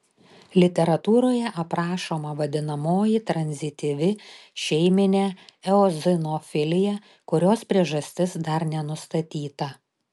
literatūroje aprašoma vadinamoji tranzityvi šeiminė eozinofilija kurios priežastis dar nenustatyta